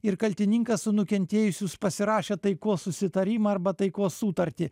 ir kaltininkas su nukentėjusius pasirašė taikos susitarimą arba taikos sutartį